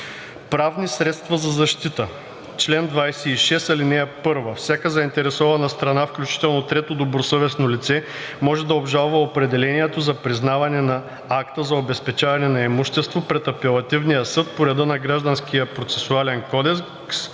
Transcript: Правни средства за защита Чл. 26. (1) Всяка заинтересована страна, включително трето добросъвестно лице, може да обжалва определението за признаване на акта за обезпечаване на имущество пред апелативния съд по реда на Гражданския процесуален кодекс